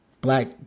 black